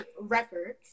records